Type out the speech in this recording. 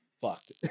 fucked